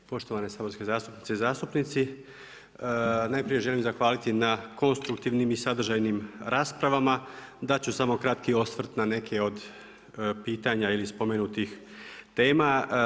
Poštovane saborske zastupnice i zastupnici, najprije želim zahvaliti na konstruktivnim i sadržajnim raspravama, dat ću samo kratki osvrt na neke od pitanja ili spomenutih tema.